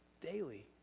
daily